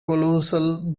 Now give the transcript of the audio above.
colossal